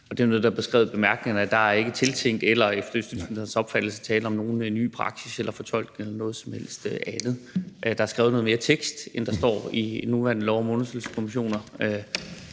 Og noget af det, der er beskrevet i bemærkningerne, er jo, at der ikke er tiltænkt eller efter justitsministerens opfattelse tale om nogen ny praksis eller fortolkning eller noget som helst andet. Der er skrevet noget mere tekst, end der står i den nuværende lov om undersøgelseskommissioner,